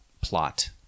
plot